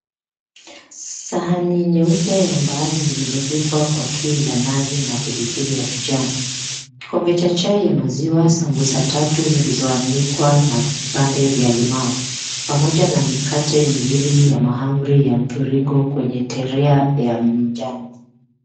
Sahani nyeupe ya mbaazi zilizopikwa kwa tui la nazi na pilipili ya kijani, kombe cha chai ya maziwa, sambusa tatu zilizo anikwa na vipande vya limau pamoja na mikate miwili ya mahamri ya mviringo kwenye terea ya manjano.